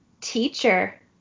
teacher